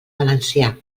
valencià